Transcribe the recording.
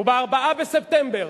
ב-4 בספטמבר